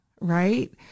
right